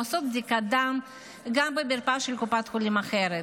או לעשות בדיקת דם גם במרפאה של קופת חולים אחרת,